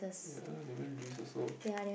ya they went Greece also